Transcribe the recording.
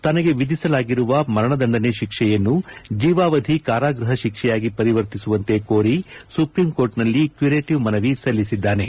ತನಗೆ ವಿಧಿಸಲಾಗಿರುವ ಮರಣದಂಡನೆ ಶಿಕ್ಷೆಯನ್ನು ಜೀವಾವದಿ ಕಾರಾಗೃಪ ಶಿಕ್ಷೆಯಾಗಿ ಪರಿವರ್ತಿಸುವಂತೆ ಕೋರಿ ಸುರ್ಪ್ರೀಂ ಕೋರ್ಟ್ನಲ್ಲಿ ಕ್ಲೂರೇಟಿವ್ ಮನವಿ ಸಲ್ಲಿಸಿದ್ದಾನೆ